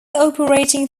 operating